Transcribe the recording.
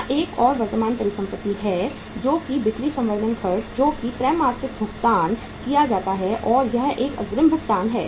यहां एक और वर्तमान परिसंपत्ति है जो है बिक्री संवर्धन खर्च जो कि त्रैमासिक भुगतान किया जाता है और यह एक अग्रिम भुगतान है